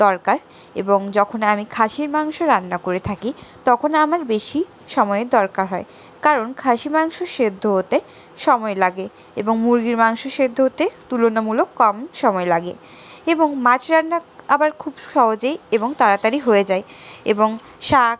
দরকার এবং যখন আমি খাসির মাংস রান্না করে থাকি তখন আমার বেশি সময়ের দরকার হয় কারণ খাসি মাংস সেদ্ধ হতে সময় লাগে এবং মুরগির মাংস সেদ্ধ হতে তুলনামূলক কম সময় লাগে এবং মাছ রান্না আবার খুব সহজেই এবং তাড়াতাড়ি হয়ে যায় এবং শাক